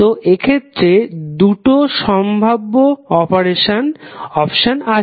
তো এক্ষেত্রে দুটো সম্ভাব্য অপশন আছে